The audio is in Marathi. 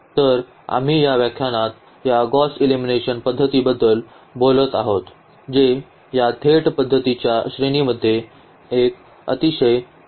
तर आम्ही या व्याख्यानात या गॉस एलिमिनेशन पध्दतीबद्दल बोलत आहोत जे या थेट पद्धतींच्या श्रेणीमध्ये एक अतिशय सामान्य आहे